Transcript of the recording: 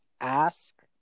ask